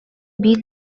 биир